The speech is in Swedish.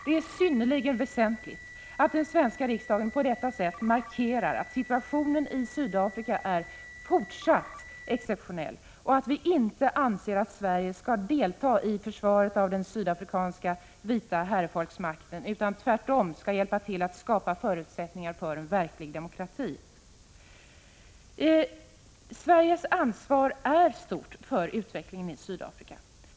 Det är synnerligen väsentligt att den svenska riksdagen på detta sätt markerar att situationen i Sydafrika fortfarande är exceptionell och att vi inte anser att Sverige skall delta i försvaret av den sydafrikanska vita herrefolksmakten utan tvärtom skall hjälpa till att skapa Prot. 1985/86:140 förutsättningar för en verklig demokrati i Sydafrika. 14 maj 1986 Sveriges ansvar för utvecklingen i Sydafrika är avsevärt.